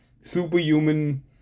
superhuman